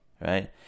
Right